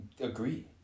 agree